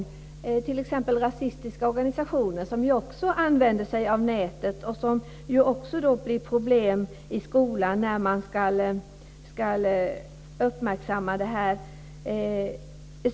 Det gäller t.ex. rasistiska organisationer som också använder sig av nätet. Det blir problem i skolan när man ska uppmärksamma detta.